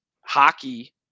hockey